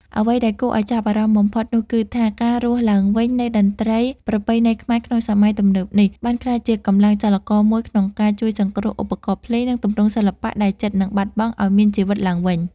អ្វីដែលគួរឱ្យចាប់អារម្មណ៍បំផុតនោះគឺថា ការរស់ឡើងវិញនៃតន្ត្រីប្រពៃណីខ្មែរក្នុងសម័យទំនើបនេះ បានក្លាយជាកម្លាំងចលករមួយក្នុងការជួយសង្គ្រោះឧបករណ៍ភ្លេង និងទម្រង់សិល្បៈដែលជិតនឹងបាត់បង់ឱ្យមានជីវិតឡើងវិញ។